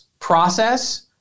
process